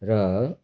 र